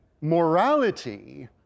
morality